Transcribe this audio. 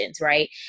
Right